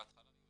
בהתחלה היו